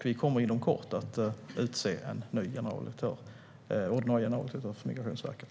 Vi kommer inom kort att utse en ny ordinarie generaldirektör för Migrationsverket.